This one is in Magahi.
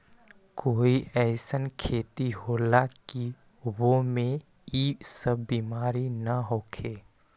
कोई अईसन खेती होला की वो में ई सब बीमारी न होखे?